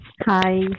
Hi